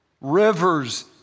rivers